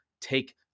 take